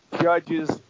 Judge's